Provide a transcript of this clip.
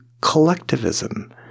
collectivism